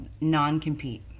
non-compete